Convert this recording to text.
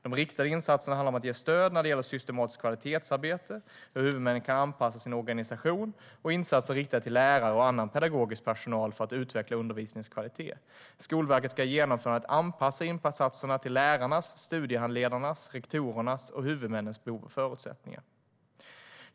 De riktade insatserna handlar om att ge stöd när det gäller systematiskt kvalitetsarbete, hur huvudmannen kan anpassa sin organisation och insatser riktade till lärare och annan pedagogisk personal för att utveckla undervisningens kvalitet. Skolverket ska i genomförandet anpassa insatserna till lärarnas, studiehandledarnas, rektorernas och huvudmännens behov och förutsättningar.